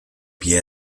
pie